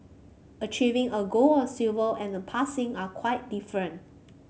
achieving a gold or silver and passing are quite different